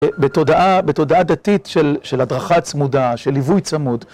בתודעה דתית של הדרכה צמודה, של ליווי צמוד.